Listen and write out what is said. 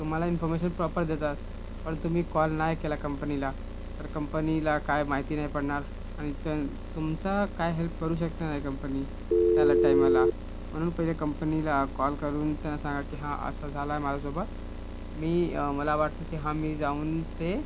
तुम्हाला information proper देतात पण तुम्ही कॉल नाही केला कंपनीला तर कंपनीला काय माहिती नाही पडणार आणि त्यां तुमचा काय हेल्प करू शकणार नाही कंपनी त्याला टाईमाला म्हणून पहिले कंपनीला कॉल करून त्यांना सांगा की हां असा झाला आहे माझ्यासोबत मी मला वाटतं की हां मी जाऊन ते